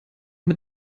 mit